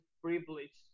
privilege